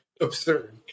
absurd